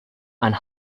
and